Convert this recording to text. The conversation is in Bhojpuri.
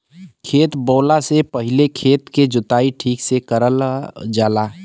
खेत बोवला से पहिले खेत के जोताई ठीक से करावल जाला